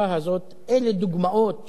אלה דוגמאות של העשייה.